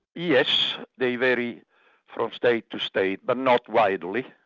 yes, they vary from state to state, but not widely.